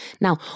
Now